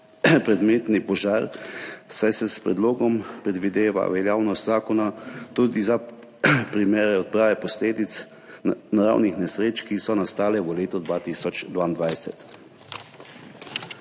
predmetni požar, saj se s predlogom predvideva veljavnost zakona tudi za primere odprave posledic naravnih nesreč, ki so nastale v letu 2022.